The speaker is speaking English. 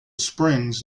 springs